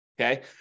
okay